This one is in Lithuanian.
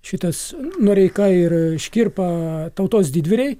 šitas noreika ir škirpa tautos didvyriai